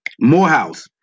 Morehouse